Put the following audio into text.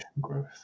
growth